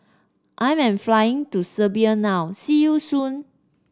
I am flying to Serbia now see you soon